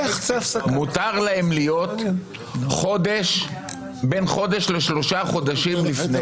מותר להן להיות בין חודש לשלושה חודשים לפני.